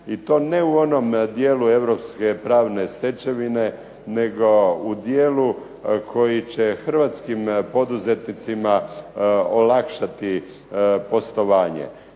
i to ne u onom dijelu europske pravne stečevine nego u dijelu koji će hrvatskim poduzetnicima olakšati poslovanje.